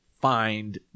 find